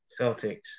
Celtics